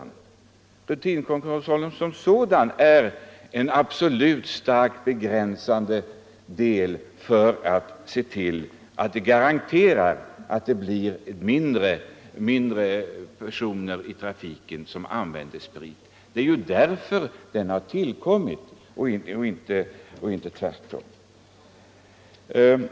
Nej, rutinkontrollen som sådan är ett absolut starkt begränsande medel för att garantera att vi får ett mindre antal personer i trafiken som använder sprit. Det är därför den här regeln har tillkommit och inte tvärtom.